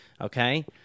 Okay